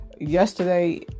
Yesterday